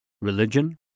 religion